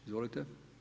Izvolite.